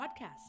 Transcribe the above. podcast